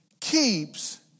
keeps